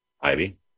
Ivy